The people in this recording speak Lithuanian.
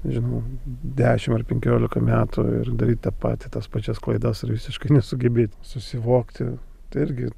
nežinau dešimt ar penkiolika metų ir daryt tą patį tas pačias klaidas ir visiškai nesugebėti susivokti tai irgi